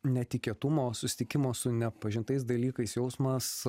netikėtumo susitikimo su nepažintais dalykais jausmas